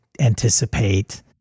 Anticipate